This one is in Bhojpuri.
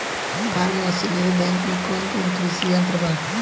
फार्म मशीनरी बैंक में कौन कौन कृषि यंत्र बा?